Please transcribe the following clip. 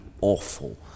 awful